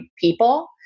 people